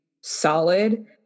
solid